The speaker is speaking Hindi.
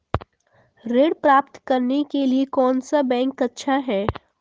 ऋण प्राप्त करने के लिए कौन सा बैंक अच्छा है?